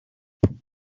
kidneys